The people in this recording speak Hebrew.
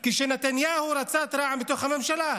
כשנתניהו רצה את רע"מ בתוך הממשלה.